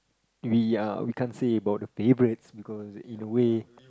we are we can't say about the favourites because in a way